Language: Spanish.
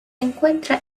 encuentra